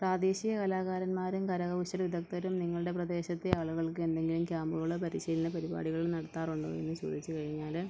പ്രാദേശിക കലാകാരന്മാരും കരകൗശല വിദഗ്ധരും നിങ്ങളുടെ പ്രദേശത്തെ ആളുകൾക്ക് എന്തെങ്കിലും ക്യാമ്പുകളോ പരിശീലന പരിപാടികൾ നടത്താറുണ്ടോ എന്ന് ചോദിച്ചു കഴിഞ്ഞാൽ